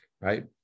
right